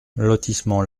lotissement